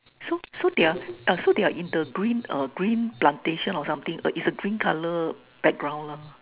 so so their so their so their in the green uh green green plantation or something it's green colour background lah